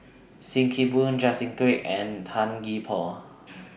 SIM Kee Boon Justin Quek and Tan Gee Paw